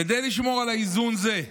כדי לשמור על איזון זה,